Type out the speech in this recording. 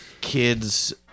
kids